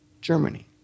Germany